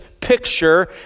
picture